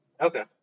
Okay